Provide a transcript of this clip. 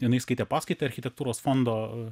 jinai skaitė paskaitą architektūros fondo